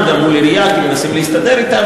גם מול העירייה כי מנסים להסתדר אתה.